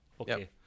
Okay